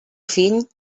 fill